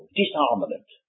disarmament